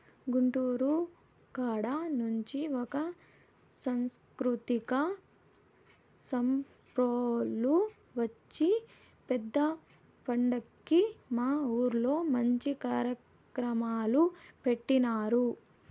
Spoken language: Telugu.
గుంటూరు కాడ నుంచి ఒక సాంస్కృతిక సంస్తోల్లు వచ్చి పెద్ద పండక్కి మా ఊర్లో మంచి కార్యక్రమాలు పెట్టినారు